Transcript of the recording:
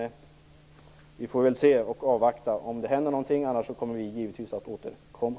Vi får väl avvakta och se om det händer någonting. Annars kommer vi givetvis att återkomma.